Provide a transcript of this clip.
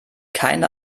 keine